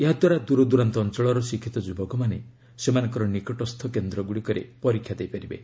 ଏହାଦ୍ୱାରା ଦୂରଦୂରାନ୍ତ ଅଞ୍ଚଳର ଶିକ୍ଷିତ ଯୁବକମାନେ ସେମାନଙ୍କର ନିକଟସ୍ଥ କେନ୍ଦ୍ର ଗୁଡ଼ିକରେ ପରୀକ୍ଷା ଦେଇପାରିବେ